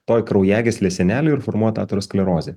toj kraujagyslės sienelėj ir formuot aterosklerozę